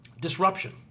Disruption